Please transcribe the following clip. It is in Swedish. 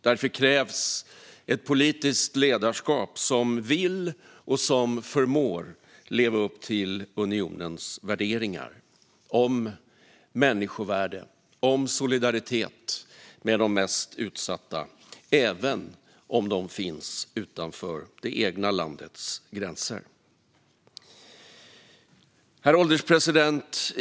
Därför krävs det ett politiskt ledarskap som vill och som förmår leva upp till unionens värderingar om människovärde och om solidaritet med de mest utsatta, även om de finns utanför det egna landets gränser. Herr ålderspresident!